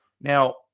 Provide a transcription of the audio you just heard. Now